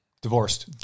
divorced